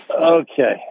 okay